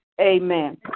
Amen